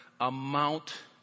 amount